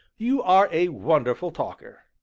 you are a wonderful talker!